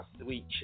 Sweet